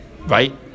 right